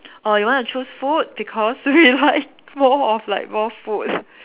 or you want to choose food because we like more of like what food